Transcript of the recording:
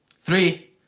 Three